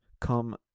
Come